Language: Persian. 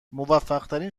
موفقترین